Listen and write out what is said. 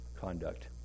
conduct